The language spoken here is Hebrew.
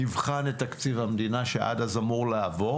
נבחן את תקציב המדינה שעד אז אמור לעבור.